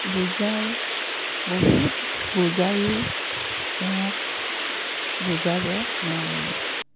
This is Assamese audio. বুজাই বহুত বুজায়ো তেওঁক বুজাব নোৱাৰিলে